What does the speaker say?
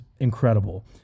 incredible